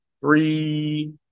Three